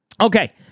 Okay